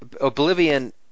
Oblivion